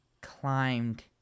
climbed